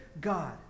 God